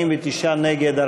49 נגד,